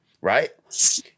right